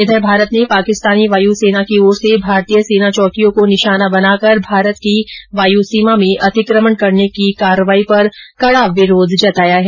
इधर भारत ने पाकिस्तानी वायू सेना की ओर से भारतीय सेना चौकियों को निशाना बनाकर भारत की वायु सीमा में अतिक्रमण करने की कार्रवाई पर कड़ा विरोध जताया है